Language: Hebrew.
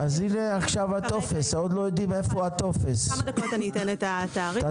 כמה דקות אני אתן את התאריך המדויק.